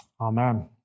Amen